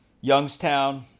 Youngstown